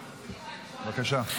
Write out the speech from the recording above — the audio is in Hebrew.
בבקשה.